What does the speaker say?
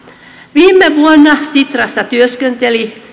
viime vuonna sitrassa työskenteli